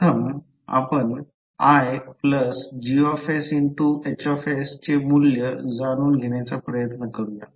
प्रथम आपण IGsHs चे मूल्य जाणून घेण्याचा प्रयत्न करू